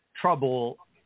trouble